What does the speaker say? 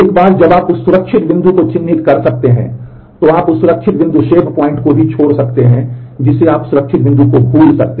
एक बार जब आप एक सुरक्षित बिंदु चिह्नित कर सकते हैं तो आप उस सुरक्षित बिंदु को भी छोर सकते हैं जिसे आप उस सुरक्षित बिंदु को भूल सकते हैं